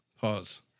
Pause